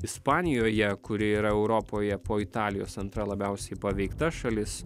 ispanijoje kuri yra europoje po italijos antra labiausiai paveikta šalis